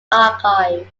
archive